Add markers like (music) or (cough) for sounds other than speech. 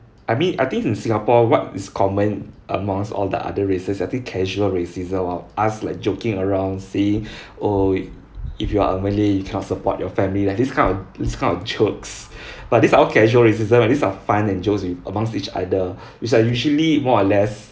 I mean I think in singapore what is common amongst all the other races I think casual racism while us like joking around saying (breath) oh if you are a malay you cannot support your family like this kind of this kind of jokes (breath) but these are all casual racism and these are fun and jokes with amongst each other (breath) which are usually more or less